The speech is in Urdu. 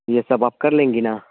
یہ سب آپ کر لیں گی نا